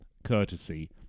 courtesy